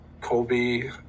Colby